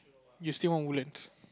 you still want Woodlands